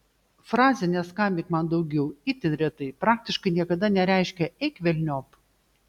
frazė neskambink man daugiau itin retai praktiškai niekada nereiškia eik velniop